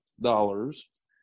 dollars